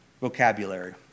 vocabulary